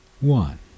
one